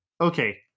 Okay